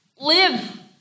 live